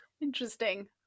Interesting